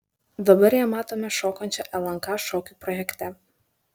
dabar ją matome šokančią lnk šokių projekte